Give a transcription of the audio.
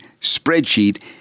spreadsheet